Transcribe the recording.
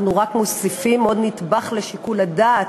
אנחנו רק מוסיפים עוד נדבך לשיקול הדעת,